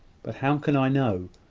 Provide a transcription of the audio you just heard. but how can i know,